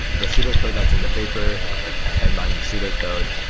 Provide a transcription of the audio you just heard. the pseudo code that's in the paper. it's ten lines of pseudo code.